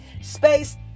space